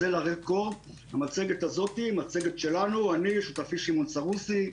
זה מצגת שלנו, אני, שותפי שמעון סרוסי.